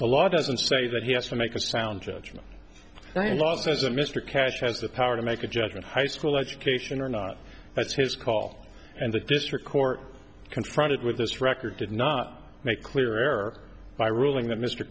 the law doesn't say that he has to make a sound judgement a lot as a mr cash has the power to make a judgment high school education or not but his call and the district court confronted with this record did not make clearer by ruling that mr